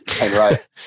Right